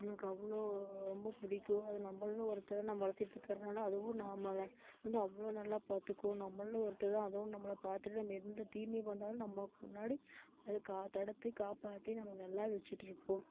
எனக்கு அவ்வளோ ரொம்ப பிடிக்கும் அது நம்மள்ல ஒருத்தர் நம்மள அதுவும் நம்மள வந்து அவ்வளோ நல்லா பார்த்துக்கும் நம்மள்ள ஒருத்தர் அதுவும் நம்மள பார்த்துட்டு நம்ம எந்த தீமை வந்தாலும் நம்மளுக்கு முன்னாடி அது கா தடுத்து காப்பாற்றி நம்மள நல்லா வச்சிகிட்டு இருக்கும்